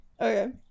Okay